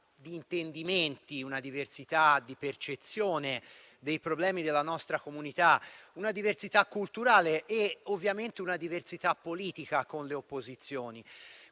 di intendimenti e di percezione dei problemi della nostra comunità; una diversità culturale e, ovviamente, una diversità politica con le opposizioni.